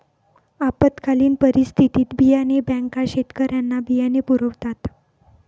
आपत्कालीन परिस्थितीत बियाणे बँका शेतकऱ्यांना बियाणे पुरवतात